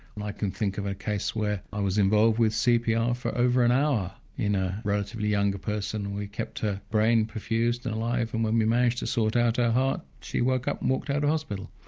and i can think of a case where i was involved with cpr for over an hour, in a relatively younger person we kept her brain profused and alive, and when we managed to sort out her heart, she woke up and walked out of hospital.